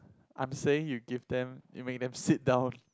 I'm saying you give them and make them sit down